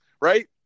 right